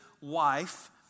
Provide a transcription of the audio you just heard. wife